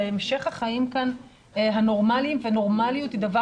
להמשך החיים כאן הנורמליים ונורמליות היא דבר